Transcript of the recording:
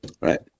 Right